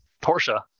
Porsche